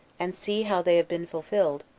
and see how they have been fulfilled,